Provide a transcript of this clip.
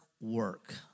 work